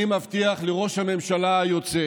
אני מבטיח לראש הממשלה היוצא